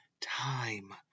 time